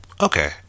Okay